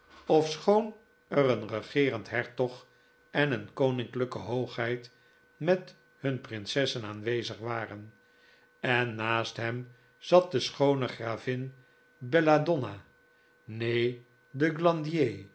ofschoon er een regeerend hertog en een koninklijke hoogheid met hun prinsessen aanwezig waren en naast hem zat de schoone gravin belladonna nee de